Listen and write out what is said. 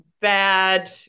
bad